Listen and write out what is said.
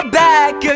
back